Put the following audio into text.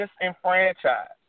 disenfranchised